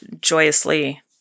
joyously